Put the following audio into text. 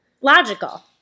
Logical